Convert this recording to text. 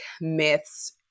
myths